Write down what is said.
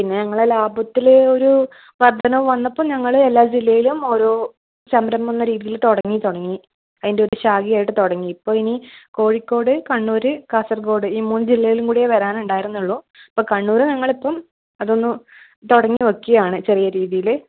പിന്നെ ഞങ്ങൾ ലാഭത്തിൽ ഒരു വർദ്ധനവ് വന്നപ്പം ഞങ്ങൾ എല്ലാ ജില്ലയിലും ഓരോ സംരഭം എന്ന രീതിയിൽ തുടങ്ങി തുടങ്ങി അതിൻ്റെയൊരു ശാഖയായിട്ട് തുടങ്ങി ഇപ്പോൾ ഇനി കോഴിക്കോട് കണ്ണൂർ കാസർഗോഡ് ഈ മൂന്ന് ജില്ലയിലുംകൂടിയേ വരാനുണ്ടായിരുന്നുള്ളു അപ്പം കണ്ണൂർ ഞങ്ങളിപ്പം അതൊന്നു തുടങ്ങി നോക്കിയതാണ് ചെറിയ രീതിയിൽ